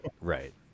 Right